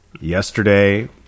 Yesterday